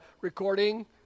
recording